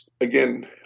again